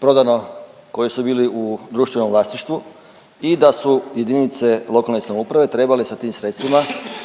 prodano koji su bili u društvenom vlasništvu i da su JLS trebale sa tim sredstvima